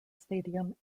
stadium